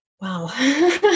Wow